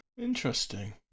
Interesting